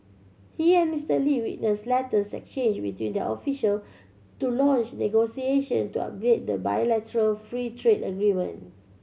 he and Mister Lee witnessed letters exchanged between their official to launch negotiation to upgrade the bilateral free trade agreement